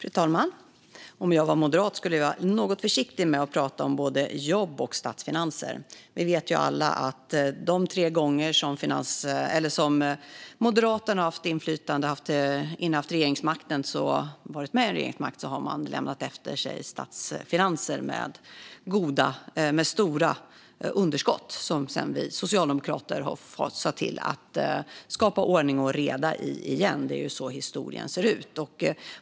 Fru talman! Om jag vore moderat skulle jag vara något försiktig med att prata om både jobb och statsfinanser. Vi vet alla att de tre gånger som Moderaterna har haft inflytande och innehaft eller varit med i regeringsmakten har man lämnat efter sig statsfinanser med stora underskott, som vi socialdemokrater sedan har fått se till att skapa ordning och reda i igen. Det är så historien ser ut.